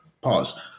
Pause